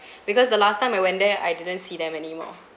because the last time I went there I didn't see them any more